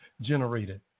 generated